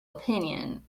opinion